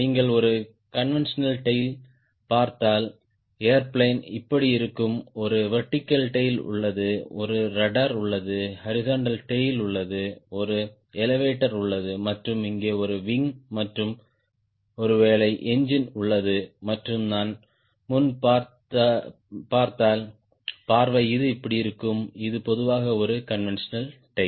நீங்கள் ஒரு conventional tail பார்த்தால் ஏர்பிளேன் இப்படி இருக்கும் ஒரு வெர்டிகல் டேய்ல் உள்ளது ஒரு ரட்ட்ர் உள்ளது ஹாரிஸ்ன்ட்டல் டேய்ல் உள்ளது ஒரு எலெவடோர் உள்ளது மற்றும் இங்கே ஒரு விங் மற்றும் ஒருவேளை என்ஜின் உள்ளது மற்றும் நான் முன் பார்த்தால் பார்வை இது இப்படி இருக்கும் இது பொதுவாக ஒரு கான்வென்டியோனல் டேய்ல்